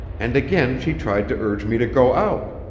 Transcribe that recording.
and again she tried to urge me to go out.